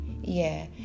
Yeah